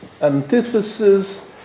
antithesis